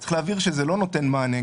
צריך להבהיר שזה לא נותן מענה.